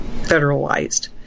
federalized